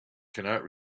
cannot